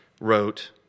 wrote